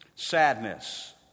Sadness